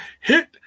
Hit